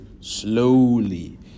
slowly